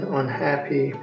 unhappy